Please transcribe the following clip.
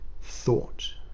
thought